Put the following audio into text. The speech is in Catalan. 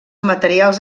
materials